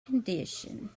condition